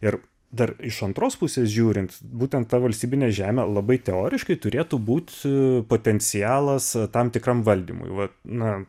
ir dar iš antros pusės žiūrint būtent ta valstybinė žemė labai teoriškai turėtų būt potencialas tam tikram valdymui va na